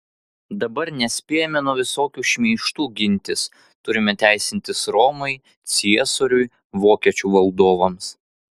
dabar nespėjame nuo visokių šmeižtų gintis turime teisintis romai ciesoriui vokiečių valdovams